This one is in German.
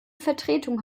vertretung